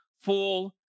full